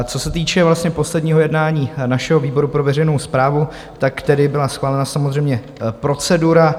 Co se týče vlastně posledního jednání našeho výboru pro veřejnou správu, tak tedy byla schválena samozřejmě procedura.